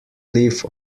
live